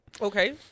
Okay